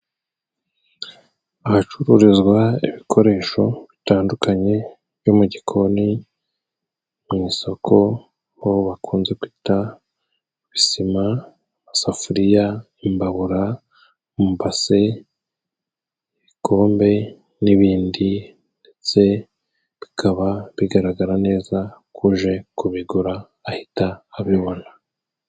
Ahacururizwa ibikoresho bitandukanye byo mu gikoni. Mu isoko ho bakunze kwita ibisima; amasafuriya, imbabura, amabase ibikombe n'ibindi, ndetse bikaba bigaragara neza ku uje kubigura ahita abibona.